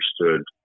understood